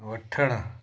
वठणु